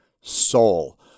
soul